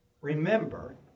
remember